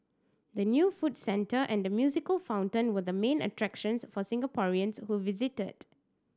the new food centre and the musical fountain were the main attractions for Singaporeans who visited